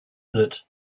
that